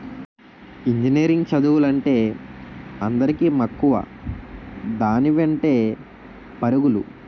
engineering చదువులంటే అందరికీ మక్కువ దాని వెంటే పరుగులు